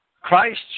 Christ